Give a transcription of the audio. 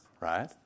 right